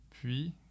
Puis